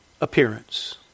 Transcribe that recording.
appearance